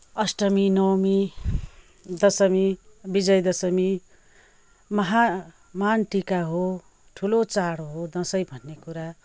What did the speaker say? अष्टमी नवमी दसमी विजयादसमी महा महान टिका हो ठुलो चाड हो दसैँ भन्ने कुरा